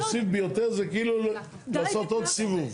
להוסיף "ביותר" זה כאילו לעשות עוד סיבוב.